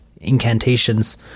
incantations